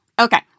Okay